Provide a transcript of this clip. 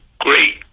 great